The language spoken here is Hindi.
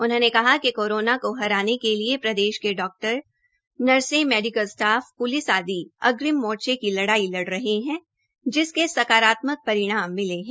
उन्होंने कहा कि कोरोना को हराने के लिए प्रदेश के डॉक्टर नर्से मेडिकल स्टाफ पुलिस आदि अग्रिम मोर्चे की लड़ाई लड़ रहे है जिसके सकारात्मक परिणाम मिले है